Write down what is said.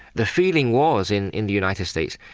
the feeling was in in the united states,